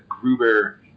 Gruber